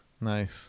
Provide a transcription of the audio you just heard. Nice